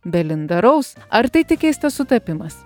belinda raus ar tai tik keistas sutapimas